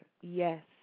Yes